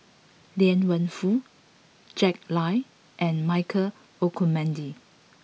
Liang Wenfu Jack Lai and Michael Olcomendy